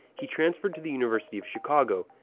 he transferred to the university of chicago,